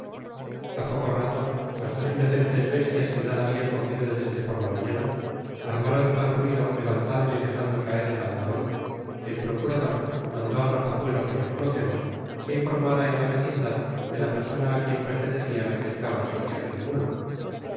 a poco rato las dos inocentes bestias que nada habian comido desde por la mañana armaron tal ruido levantando y dejando caer el aldabon que el procurador mandó al rapazuelo que ya conocemos v se informara en la vecindad de la persona á quien pertenecian aquel caballo y aquel mulo